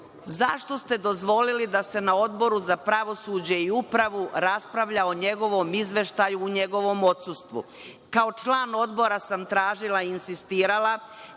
zašto ste dozvolili da se na Odboru za pravosuđe i upravu raspravlja o njegovom izveštaju u njegovom odsustvu? Kao član Odbora sam tražila i insistirala